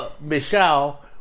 Michelle